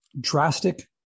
drastic